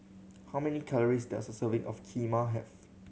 how many calories does a serving of Kheema have